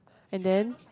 and then